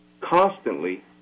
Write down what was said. constantly